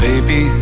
Baby